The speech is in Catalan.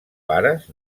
pares